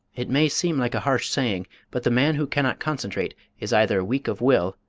it may seem like a harsh saying, but the man who cannot concentrate is either weak of will,